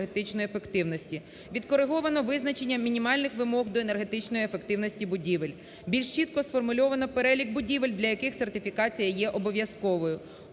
Відкореговано визначення мінімальних вимог до енергетичної ефективності будівель. Більш чітко сформульовано перелік будівель, для яких сертифікація є обов'язковою.